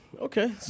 Okay